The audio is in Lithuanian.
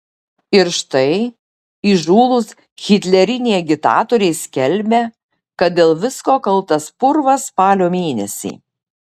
ir štai įžūlūs hitleriniai agitatoriai skelbia kad dėl visko kaltas purvas spalio mėnesį